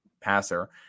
passer